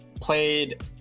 played